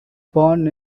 born